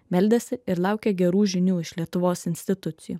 meldėsi ir laukė gerų žinių iš lietuvos institucijų